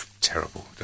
terrible